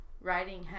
writing